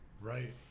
right